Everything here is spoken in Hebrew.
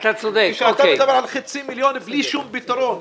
אתה מדבר על חצי מיליון בלי כל פתרון.